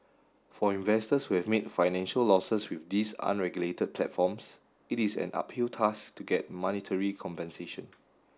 for investors who have made financial losses with these unregulated platforms it is an uphill task to get monetary compensation